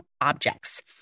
objects